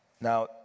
Now